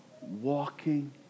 walking